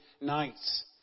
nights